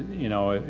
you know,